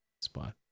Spot